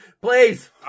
please